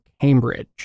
Cambridge